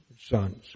sons